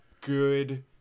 good